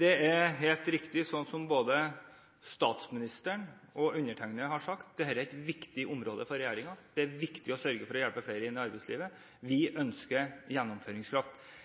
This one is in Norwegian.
Det er helt riktig det som både statsministeren og undertegnede har sagt: Dette er et viktig område for regjeringen. Det er viktig å hjelpe flere inn i arbeidslivet. Vi ønsker gjennomføringskraft.